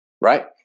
Right